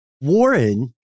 Warren